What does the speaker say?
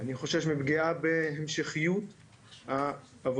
אני חושש מפגיעה בהמשכיות העבודה.